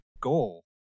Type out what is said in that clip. goal